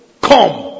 come